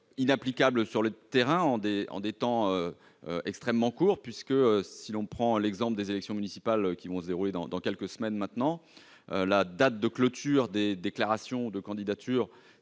inapplicable sur le terrain, car les délais sont extrêmement courts. Si l'on prend l'exemple des élections municipales- elles vont se dérouler dans quelques semaines -, la date de clôture des déclarations de candidature